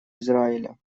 израиля